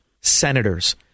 senators